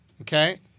okay